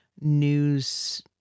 news